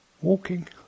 walking